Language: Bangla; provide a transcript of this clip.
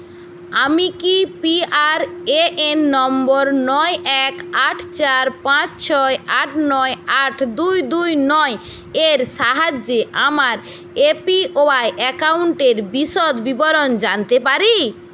আমি কি P R A N number নয় এক আট চার পাঁচ ছয় আট নয় আট দুই দুই নয় এর সাহায্যে আমার এ পি ওয়াই অ্যাকাউন্টের বিশদ বিবরণ জানতে পারি